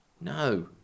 No